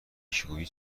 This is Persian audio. شیکاگویی